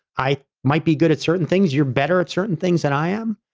i might be good at certain things. you're better at certain things than i am.